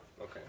Okay